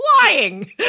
flying